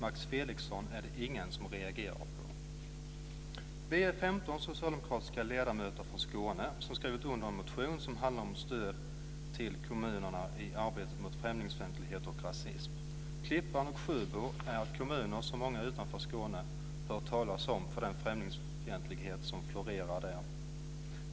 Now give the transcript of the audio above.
Max Felixson är det ingen som reagerar på. Vi är 15 socialdemokratiska ledamöter från Skåne som skrivit under en motion som handlar om stöd till kommunerna i arbetet mot främlingsfientlighet och rasism. Klippan och Sjöbo är kommuner som många utanför Skåne har hört talas om för den främlingsfientlighet som florerar där.